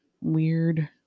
Weird